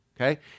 okay